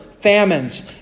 Famines